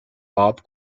bob